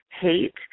hate